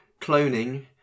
cloning